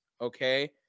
Okay